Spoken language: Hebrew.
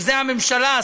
שזה הממשלה,